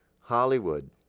Hollywood